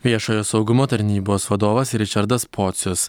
viešojo saugumo tarnybos vadovas ričardas pocius